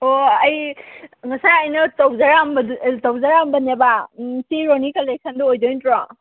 ꯑꯣ ꯑꯩ ꯉꯁꯥꯏ ꯑꯩꯅ ꯇꯧꯖꯔꯛ ꯑꯝꯕꯅꯦꯕ ꯁꯤ ꯔꯣꯅꯤ ꯀꯂꯦꯛꯁꯟꯗꯨ ꯑꯣꯏꯗꯣꯏ ꯅꯠꯇ꯭ꯔꯣ